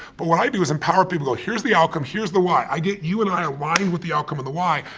but what i do is empower people to go here's the outcome, here's the why. i get you and i aligned with the outcome and the why.